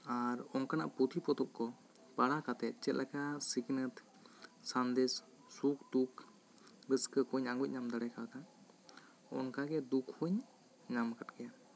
ᱟᱨ ᱚᱱᱠᱟᱱᱟᱜ ᱯᱩᱸᱛᱷᱤ ᱯᱚᱛᱚᱵ ᱠᱚ ᱯᱟᱲᱦᱟᱣ ᱠᱟᱛᱮᱫ ᱪᱮᱫ ᱞᱮᱠᱟ ᱥᱤᱠᱷᱱᱟᱹᱛ ᱥᱟᱸᱫᱮᱥ ᱥᱩᱠ ᱫᱩᱠ ᱨᱟᱹᱥᱠᱟᱹ ᱠᱩᱧ ᱟᱸᱜᱚᱡ ᱧᱟᱢ ᱫᱟᱲᱮ ᱟᱠᱟᱫᱟ ᱚᱱᱠᱟ ᱜᱮ ᱫᱩᱠ ᱦᱚᱸᱧ ᱧᱟᱢ ᱟᱠᱟᱫ ᱜᱮᱭᱟ